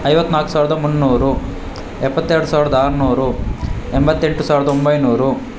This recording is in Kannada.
ಐವತ್ನಾಲ್ಕು ಸಾವಿರದ ಮುನ್ನೂರು ಎಪ್ಪತ್ತೆರಡು ಸಾವಿರದ ಆರುನೂರು ಎಂಬತ್ತೆಂಟು ಸಾವಿರದ ಒಂಬೈನೂರು